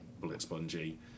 bullet-spongy